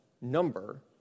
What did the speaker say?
number